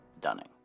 Dunning